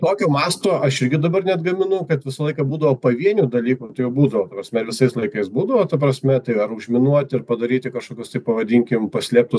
tokio masto aš irgi dabar neatgaminu kad visą laiką būdavo pavienių dalykų tai jų būdavo ta prasme visais laikais būdavo ta prasme tai ar užminuoti ir padaryti kažkokius tai pavadinkim paslėptus